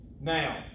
Now